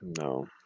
No